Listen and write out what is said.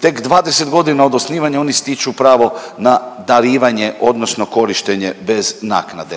tek 20 godina od osnivanja oni stiču pravo na darivanje odnosno korištenje bez naknade.